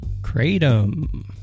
Kratom